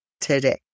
today